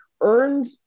earned